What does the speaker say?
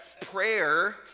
prayer